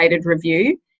review